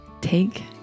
Take